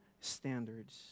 standards